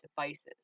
devices